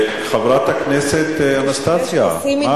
חברת הכנסת אנסטסיה, מה קרה?